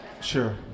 Sure